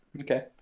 Okay